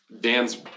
Dan's